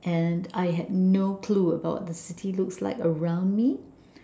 and I had no clue about the city looks like around me